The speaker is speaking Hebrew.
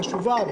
אמנם חשובה,